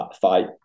fight